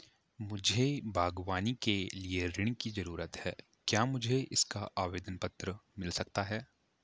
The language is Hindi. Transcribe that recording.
मुझे बागवानी के लिए ऋण की ज़रूरत है क्या मुझे इसका आवेदन पत्र मिल सकता है?